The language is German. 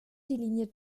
die